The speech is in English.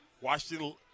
Washington